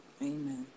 Amen